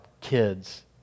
kids